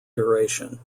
duration